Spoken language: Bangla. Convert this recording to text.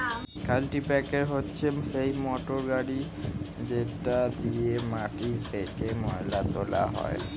কাল্টিপ্যাকের হচ্ছে সেই মোটর গাড়ি যেটা দিয়ে মাটি থেকে ময়লা তোলা হয়